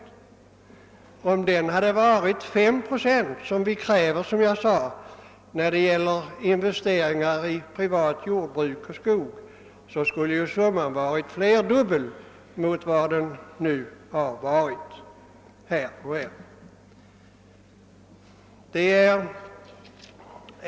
Om förräntningskravet hade varit 5 procent, liksom man kräver när det gäller investeringar i privat jordbruk och skog, skulle den redovisade vinsten ha varit flerdubbel mot vad den nu har varit och är.